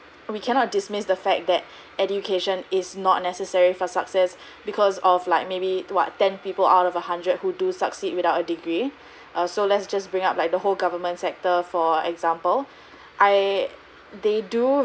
we cannot dismiss the fact that education is not necessary for success because of like maybe what ten people out of a hundred who do succeed without a degree uh so let's just bring up like the whole government sector for example I they do